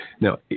Now